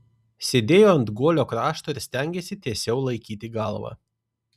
sėdėjo ant guolio krašto ir stengėsi tiesiau laikyti galvą